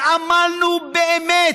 ועמלנו באמת,